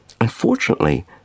Unfortunately